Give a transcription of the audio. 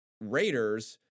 Raiders